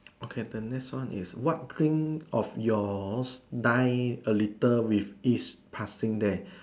okay the next one is what dream of yours die a little with each passing day